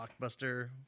Blockbuster